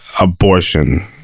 abortion